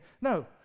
No